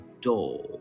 door